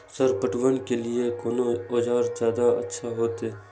Sir पटवन के लीऐ कोन औजार ज्यादा अच्छा होते?